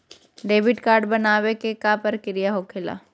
Debit card बनवाने के का प्रक्रिया होखेला?